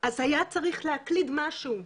אז היה צריך להקליד משהו.